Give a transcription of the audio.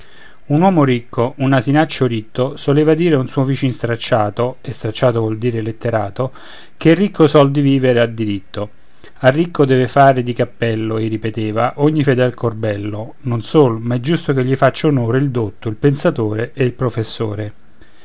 un uomo ricco un asinaccio ritto soleva dire a un suo vicin stracciato e stracciato vuol dire letterato che il ricco sol di vivere ha diritto al ricco deve fare di cappello ei ripeteva ogni fedel corbello non sol ma è giusto che gli faccia onore il dotto il pensatore e il professore